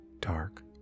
dark